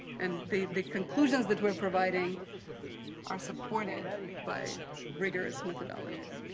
and the the conclusions that we're providing are supported by rigorous methodologies.